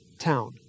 town